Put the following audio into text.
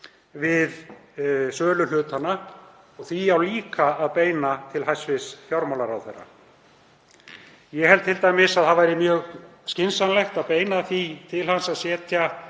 við sölu hlutanna. Því á líka að beina til hæstv. fjármálaráðherra. Ég held t.d. að það væri mjög skynsamlegt að beina því til hans að setja